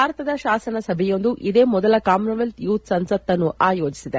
ಭಾರತದ ಶಾಸನ ಸಭೆಯೊಂದು ಇದೇ ಮೊದಲ ಕಾಮನ್ವೆಲ್ತ್ ಯುತ್ ಸಂಸತ್ತನ್ನು ಆಯೋಜಿಸಿದೆ